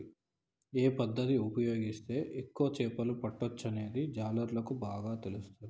ఏ పద్దతి ఉపయోగిస్తే ఎక్కువ చేపలు పట్టొచ్చనేది జాలర్లకు బాగా తెలుస్తది